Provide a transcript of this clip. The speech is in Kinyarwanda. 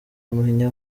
kumenya